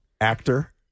Actor